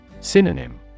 Synonym